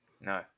No